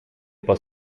pas